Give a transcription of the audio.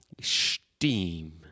Steam